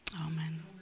Amen